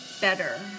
better